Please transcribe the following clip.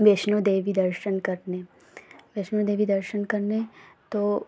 वैष्णो देवी दर्शन करने वैष्णो देवी दर्शन करने तो